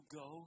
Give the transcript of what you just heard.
go